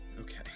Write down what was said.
Okay